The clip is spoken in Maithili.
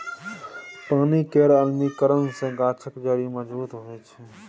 पानि केर अम्लीकरन सँ गाछक जड़ि मजबूत होइ छै